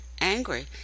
angry